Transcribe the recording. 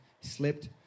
slipped